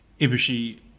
Ibushi